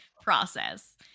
process